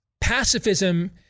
pacifism